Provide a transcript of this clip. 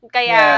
Kaya